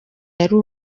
yari